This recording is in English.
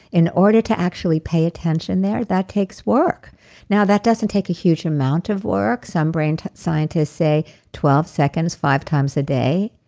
in order to actually pay attention there, that takes work. now, that doesn't take a huge amount of work. some brain scientists say twelve seconds, five times a day.